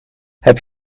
heb